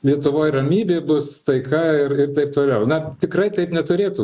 lietuvoj ramybė bus taika ir ir taip toliau na tikrai taip neturėtų